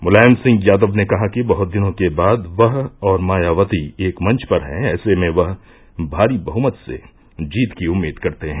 मुलायम सिंह यादव ने कहा कि बहत दिनों के बाद वह और मायावती एक मंच पर हैं ऐसे में वह भारी बहमत से जीत की उम्मीद करते हैं